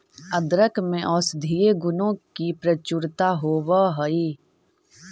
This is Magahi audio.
अदरक में औषधीय गुणों की प्रचुरता होवअ हई